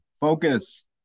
focus